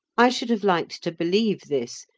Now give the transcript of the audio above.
i should have liked to believe this,